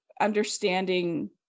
understanding